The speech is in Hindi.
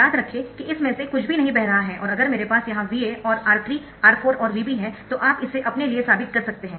याद रखें कि इसमें से कुछ भी नहीं बह रहा है और अगर मेरे पास यहाँ VA और R3 R4 और VB है तो आप इसे अपने लिए साबित कर सकते है